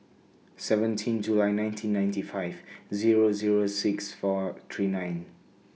seventeen July nineteen ninety five Zero Zero six four three nine